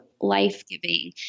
life-giving